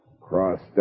crossed